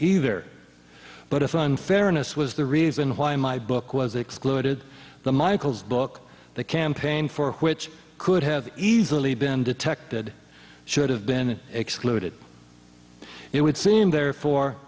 either but if unfairness was the reason why my book was excluded the michael's book the campaign for which could have easily been detected should have been excluded it would seem therefore